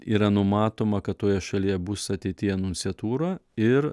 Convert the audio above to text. yra numatoma kad toje šalyje bus ateityje nunciatūra ir